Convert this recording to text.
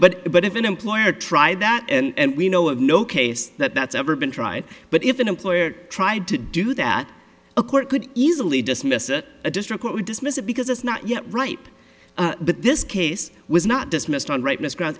but but if an employer try that and we know of no case that that's ever been tried but if an employer tried to do that a court could easily dismiss it a district court would dismiss it because it's not yet ripe but this case was not dismissed on rightness ground